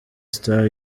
stars